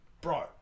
bro